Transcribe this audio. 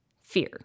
Fear